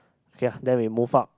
okay then we move up